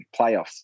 playoffs